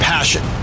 Passion